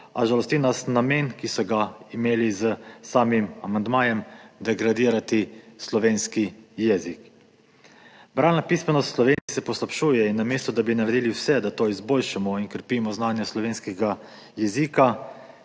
a žalosti nas namen, ki so ga imeli s samim amandmajem – degradirati slovenski jezik. Bralna pismenost v Sloveniji se poslabšuje in namesto da bi naredili vse, da to izboljšamo in krepimo znanje slovenskega jezika